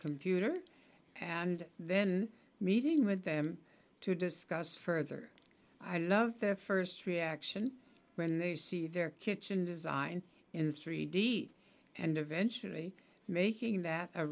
computer and then meeting with them to discuss further i love their first reaction when they see their kitchen design in three d and eventually making that a